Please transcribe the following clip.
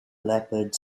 leopard